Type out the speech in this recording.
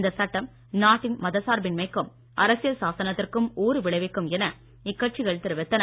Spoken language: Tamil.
இந்த சட்டம் நாட்டின் மதசார்பின்மைக்கும் அரசியல் சாசனத்திற்கும் ஊறுவிளைவிக்கும் என இக்கட்சிகள் தெரிவித்தன